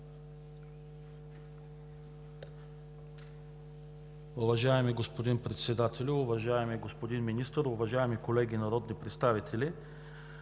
Уважаеми господин Председател, уважаеми господин Министър, уважаеми колеги народни представители!